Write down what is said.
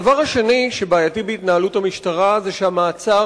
הדבר השני שבעייתי בהתנהלות המשטרה זה שהמעצר